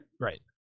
Right